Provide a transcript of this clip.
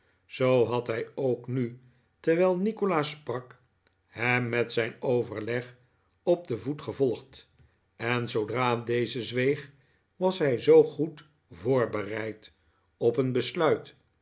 zoo had hij ook nu terwijl nikolaas sprak hem met zijn overleg op den voet gevolgd en zoodra deze zweeg was hij zoo goed voorbereid op een besluit